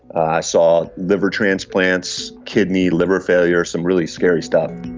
i saw liver transplants, kidney, liver failure, some really scary stuff.